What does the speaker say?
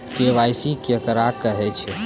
KYC केकरा कहैत छै?